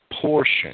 portion